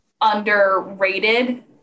underrated